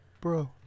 bro